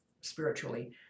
spiritually